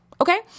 okay